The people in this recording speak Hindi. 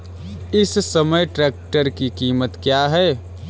इस समय ट्रैक्टर की कीमत क्या है?